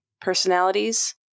personalities